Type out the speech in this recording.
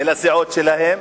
ולסיעות שלהם,